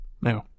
No